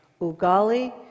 Ugali